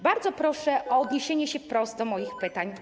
Bardzo proszę o odniesienie się wprost do moich pytań.